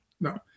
No